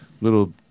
little